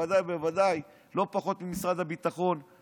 בוודאי ובוודאי לא פחות ממשרד הביטחון.